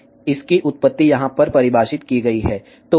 तो आप देख सकते हैं इसकी उत्पत्ति यहाँ पर परिभाषित की गई है